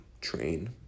train